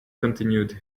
continued